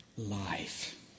life